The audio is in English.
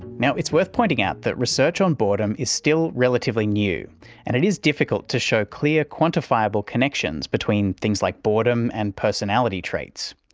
now, it's worth pointing out that research on boredom is still relatively new and it is difficult to show clear quantifiable connections between things like boredom and personality traits.